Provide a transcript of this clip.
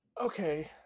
Okay